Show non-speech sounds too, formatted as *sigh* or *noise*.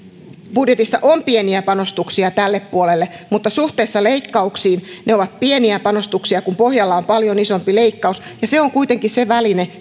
budjetissa on pieniä panostuksia tälle puolelle mutta suhteessa leikkauksiin ne ovat pieniä kun pohjalla on paljon isompi leikkaus ja se on kuitenkin se väline *unintelligible*